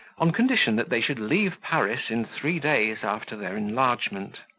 on condition that they should leave paris in three days after their enlargement.